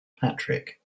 patrick